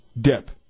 Dip